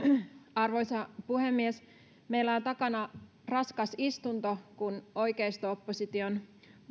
arvoisa puhemies meillä on takana raskas istunto kun oikeisto opposition